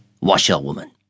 washerwoman